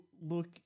look